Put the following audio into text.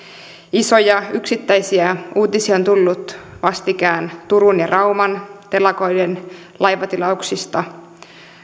isoja yksittäisiä uutisia on tullut vastikään turun ja rauman telakoiden laivatilauksista